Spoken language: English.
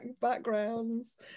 backgrounds